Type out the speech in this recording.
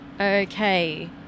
Okay